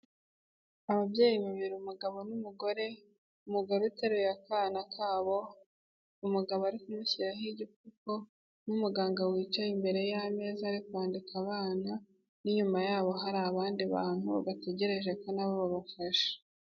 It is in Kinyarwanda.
Ababyeyi babiri umugabo n'umugore, umugore uteruye akana kabo, umugabo ari kumushyiraho igipfuko n'umuganga wicaye imbere y'ameza ari kwandika abana, n'inyuma yabo hari abandi bantu bategereje ko na bo babafasha.